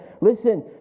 listen